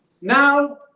Now